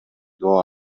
доо